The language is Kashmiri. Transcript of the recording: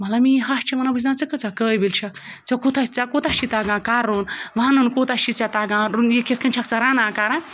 مطلب میٛٲنۍ ہَش چھِ وَنان بہٕ چھٮ۪س دَپان ژٕ کۭژاہ قٲبِل چھَکھ ژےٚ کوٗتاہ ژےٚ کوٗتاہ چھِ تَگان کَرُن وَنُن کوٗتاہ چھِ ژےٚ تَگان یہِ کِتھ کٔنۍ چھَکھ ژٕ رَنان کَران